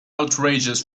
outrageous